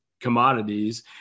commodities